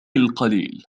القليل